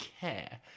care